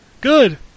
Good